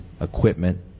equipment